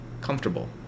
comfortable